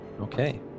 Okay